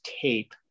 tape